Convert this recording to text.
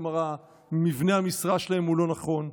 כלומר, מבנה המשרה שלהם הוא לא נכון.